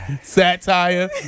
satire